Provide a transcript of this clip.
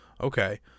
Okay